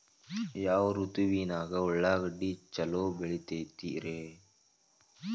ಯಾವ ಋತುವಿನಾಗ ಉಳ್ಳಾಗಡ್ಡಿ ಛಲೋ ಬೆಳಿತೇತಿ ರೇ?